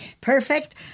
perfect